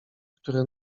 który